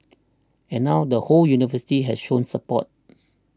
and now the whole university has shown support